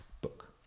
book